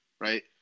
right